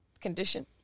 condition